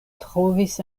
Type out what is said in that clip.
trovis